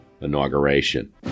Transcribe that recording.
inauguration